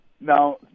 now